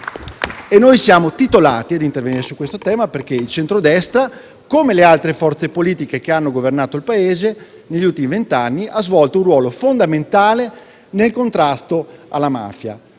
Noi siamo titolati a intervenire su questo tema perché il centrodestra, come le altre forze politiche che hanno governato il Paese negli ultimi vent'anni, ha svolto un ruolo fondamentale nel contrasto alla mafia.